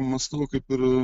mąstau kaip ir